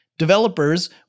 developers